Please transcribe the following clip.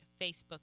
Facebook